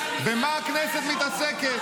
במה הכנסת מתעסקת?